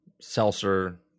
Seltzer